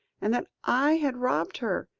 and that i had robbed her.